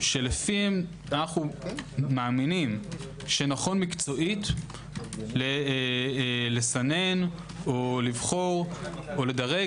שלפיהם אנחנו מאמינים שנכון מקצועית לסנן או לבחור או לדרג,